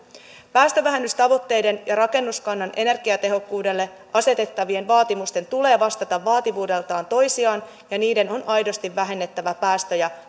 päästövähennystavoitteiden ja rakennuskannan energiatehokkuudelle asetettavien vaatimusten tulee vastata vaativuudeltaan toisiaan ja niiden on on aidosti vähennettävä päästöjä